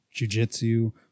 jujitsu